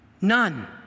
None